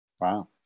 Wow